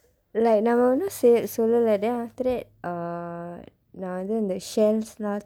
like நான் ஒன்னும் சொல்லல:naan onnum sollala then after that uh நான் வந்து அந்த:naan vandthu andtha shells எல்லாம்:ellam